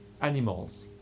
animals